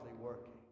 working